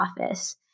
office